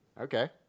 Okay